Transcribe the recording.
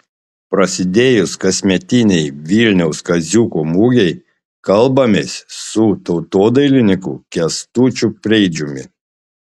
prasidėjus kasmetinei vilniaus kaziuko mugei kalbamės su tautodailininku kęstučiu preidžiumi